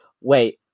Wait